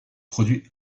produits